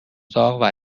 داغ